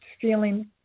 feeling